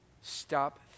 Stop